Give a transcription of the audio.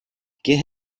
get